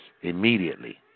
immediately